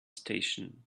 station